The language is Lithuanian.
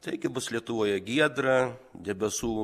taigi bus lietuvoje giedra debesų